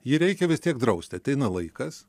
jį reikia vis tiek drausti ateina laikas